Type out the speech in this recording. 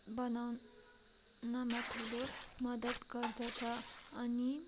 बनाउनमा ठुलो मदद गर्दछ अनि